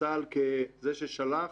צה"ל כזה ששלח,